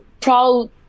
proud